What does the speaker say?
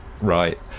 right